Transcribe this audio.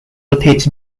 rotates